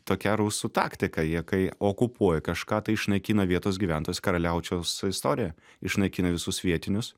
tokia rusų taktika jie kai okupuoja kažką tai išnaikina vietos gyventojus karaliaučiaus istorija išnaikina visus vietinius